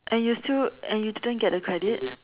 and you still and you didn't get the credit